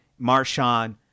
Marshawn